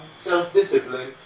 self-discipline